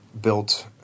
built